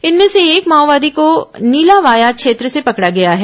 इनमें से एक माओवादी को नीलावाया क्षेत्र से पकड़ा गया है